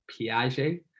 Piaget